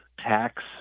tax